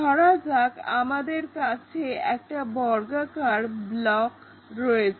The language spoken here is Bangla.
ধরা যাক আমাদের কাছে একটা বর্গাকার ব্লক রয়েছে